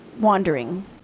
wandering